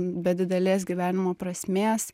be didelės gyvenimo prasmės